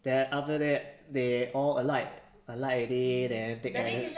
then after that they all alight alight already then take another